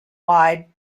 wide